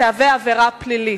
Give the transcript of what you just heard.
תהווה עבירה פלילית.